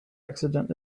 accident